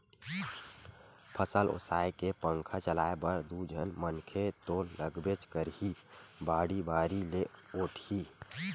फसल ओसाए के पंखा चलाए बर दू झन मनखे तो लागबेच करही, बाड़ी बारी ले ओटही